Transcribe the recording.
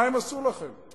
מה הם עשו לכם?